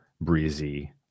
breezy